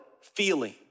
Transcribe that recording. feeling